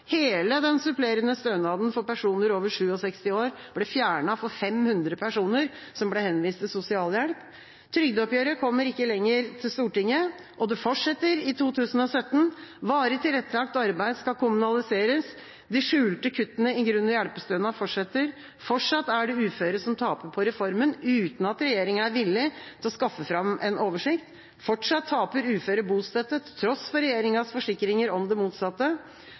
Hele den supplerende stønaden for personer over 67 år ble fjernet for 500 personer, som ble henvist til sosialhjelp. Trygdeoppgjøret kommer ikke lenger til Stortinget. Og det fortsetter i 2017: Varig tilrettelagt arbeid skal kommunaliseres. De skjulte kuttene i grunn- og hjelpestønad fortsetter. Fortsatt er det uføre som taper på reformen, uten at regjeringa er villig til å skaffe fram en oversikt. Fortsatt taper uføre bostøtte, til tross for regjeringas forsikringer om det motsatte.